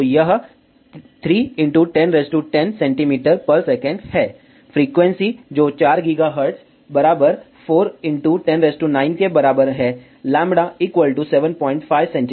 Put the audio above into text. तो यह 3 1010 cms है फ्रीक्वेंसी जो 4 GHz 4 109 के बराबर है λ 75 cm